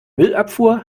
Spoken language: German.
müllabfuhr